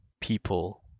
people